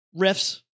Riffs